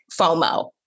FOMO